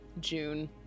June